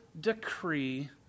decree